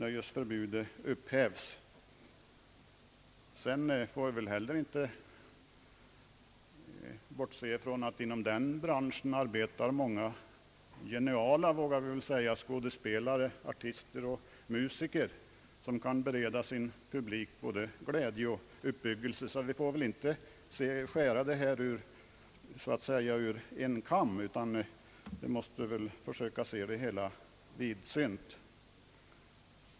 Vi får väl inte heller bortse från att inom den branschen arbetar många geniala, vågar jag väl säga, skådespelare, artister och musiker som kan bereda sin publik både glädje och uppbyggelse. Vi får därför inte skära toleransbegreppet över en kam utan försöka se det hela vidsynt.